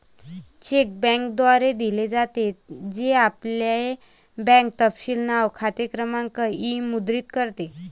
check बँकेद्वारे दिले जाते, जे आपले बँक तपशील नाव, खाते क्रमांक इ मुद्रित करते